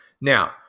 now